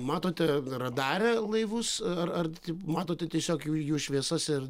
matote radare laivus ar ar matote tiesiog jų jų šviesas ir